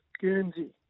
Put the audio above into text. Guernsey